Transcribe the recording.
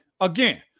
Again